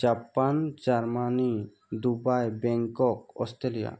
Japan Germany Dubai Bangkok Australia